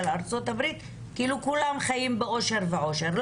ארצות הברית כאילו כולם חיים באושר ועושר.